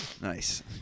Nice